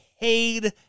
paid